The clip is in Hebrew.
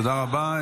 תודה רבה.